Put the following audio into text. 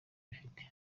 bifite